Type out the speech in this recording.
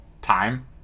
time